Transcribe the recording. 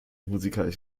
musikalisch